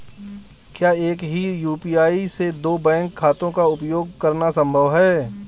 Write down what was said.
क्या एक ही यू.पी.आई से दो बैंक खातों का उपयोग करना संभव है?